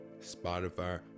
spotify